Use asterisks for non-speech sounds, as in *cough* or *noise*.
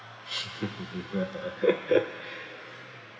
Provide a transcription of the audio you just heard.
*laughs*